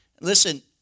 listen